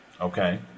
Okay